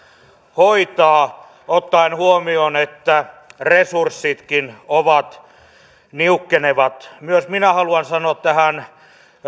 hoitaa ottaen huomioon että resurssitkin ovat niukkenevat myös minä haluan sanoa tähän